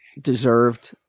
deserved